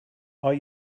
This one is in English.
are